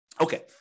Okay